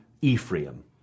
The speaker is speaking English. Ephraim